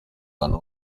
ahantu